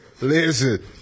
listen